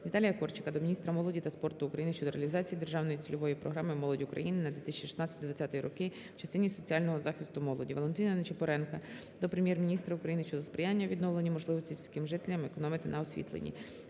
Віталія Корчика до міністра молоді та спорту України щодо реалізації Державної цільової програми "Молодь України" на 2016-2020 роки в частині соціального захисту молоді. Валентина Ничипоренка до Прем'єр-міністра України щодо сприяння у відновленні можливостей сільським жителям економити на освітленні.